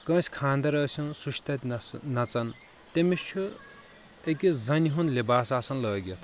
کٲنٛسہِ خانٛدر ٲسِن سُہ چھِ تتہِ نسن نژان تٔمِس چھُ أکِس زنہِ ہُنٛد لباس آسان لٲگِتھ